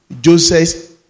Joseph